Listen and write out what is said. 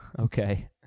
Okay